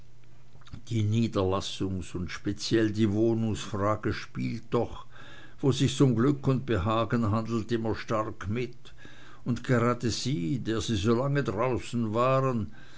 die niederlassungs und speziell die wohnungsfrage spielt doch wo sich's um glück und behagen handelt immer stark mit und gerade sie der sie so lange draußen waren